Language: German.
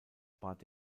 bat